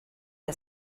els